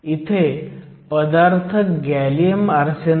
तर आपण संख्या जोडू शकतो नवीन डिप्लीशन रुंदी 0